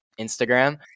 instagram